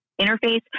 interface